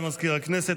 תודה למזכיר הכנסת.